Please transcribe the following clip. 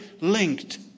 linked